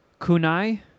Kunai